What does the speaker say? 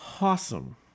awesome